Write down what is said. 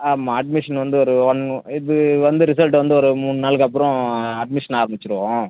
ஆமாம் அட்மிஷன் வந்து ஒரு ஒன் இது வந்து ரிசல்ட்டு வந்து ஒரு மூண் நாளுக்கு அப்புறம் அட்மிஷன் ஆரமிச்சிவிடுவோம்